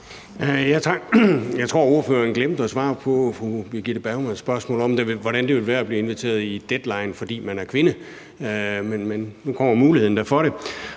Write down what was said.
Jeg tror, ordføreren glemte at svare på fru Birgitte Bergmans spørgsmål om, hvordan det ville være at blive inviteret i Deadline, fordi man er kvinde, men nu er muligheden for det